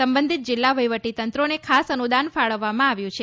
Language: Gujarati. સંબંધિત જિલ્લા વહિવટી તંત્રોને ખાસ અનુદાન ફાળવવામાં આવ્યું છે